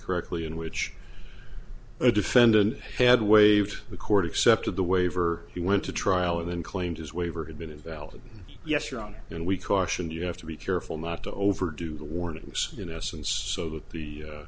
correctly in which a defendant had waived the court accepted the waiver he went to trial and then claimed his waiver had been invalid yes your honor and we caution you have to be careful not to overdo the warnings in essence so that the